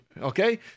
Okay